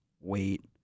Wait